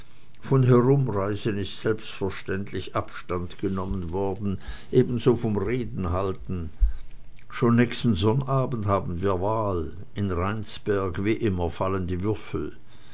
von herumreisen ist selbstverständlich abstand genommen worden ebenso vom redenhalten schon nächsten sonnabend haben wir wahl in rheinsberg wie immer fallen die würfel